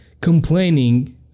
complaining